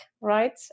right